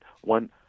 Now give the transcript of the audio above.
one